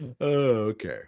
okay